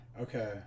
okay